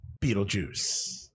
Beetlejuice